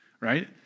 right